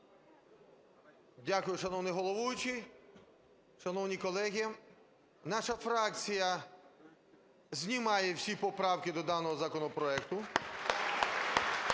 Дякую, шановний головуючий. Шановні колеги, наша фракція знімає всі поправки до даного законопроекту.